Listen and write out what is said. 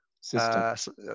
system